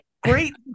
great